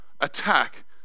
attack